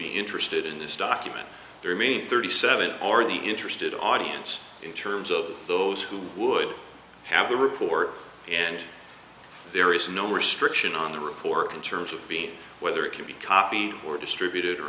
be interested in this document there are many thirty seven or the interested audience in terms of those who would have the report and there is no restriction on the report in terms of being whether it can be copied or distributed or